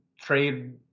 trade